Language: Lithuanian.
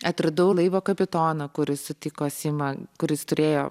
atradau laivo kapitoną kuris sutiko simą kuris turėjo